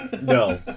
No